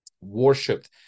worshipped